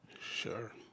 Sure